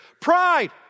Pride